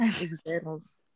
Examples